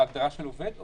בהגדרה של עובד?